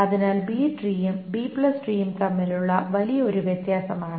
അതിനാൽ അത് ബി ട്രീയും ബി ട്രീയും B tree തമ്മിലുള്ള വലിയ ഒരു വ്യത്യാസമാണ്